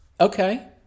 Okay